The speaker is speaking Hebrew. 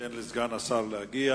ניתן לסגן השר להגיע.